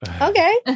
Okay